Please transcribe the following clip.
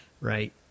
right